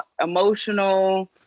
emotional